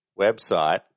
website